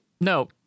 no